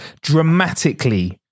dramatically